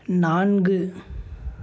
நான்கு